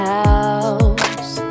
house